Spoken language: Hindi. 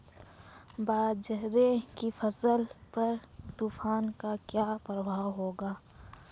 बाजरे की फसल पर तूफान का क्या प्रभाव होगा?